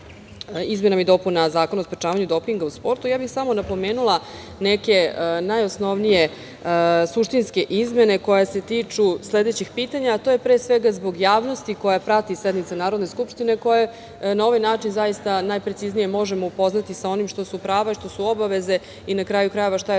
izmena i dopuna Zakona o sprečavanju dopinga u sportu, samo bih napomenula neke najosnovnije, suštinske izmene koje se tiču sledećih pitanja, a to je pre svega zbog javnosti koja prati sednice Narodne skupštine, a koje na ovaj način najpreciznije možemo upoznati sa onim što su prava, što su obaveze i, na kraju krajeva, šta